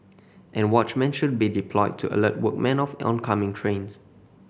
and watchmen should be deployed to alert workmen of oncoming trains